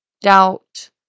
doubt